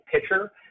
pitcher